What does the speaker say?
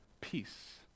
peace